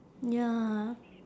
ya